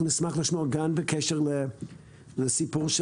אנחנו נשמח לשמוע גם בקשר לסיפור של